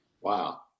Wow